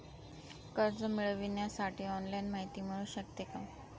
कर्ज मिळविण्यासाठी ऑनलाईन माहिती मिळू शकते का?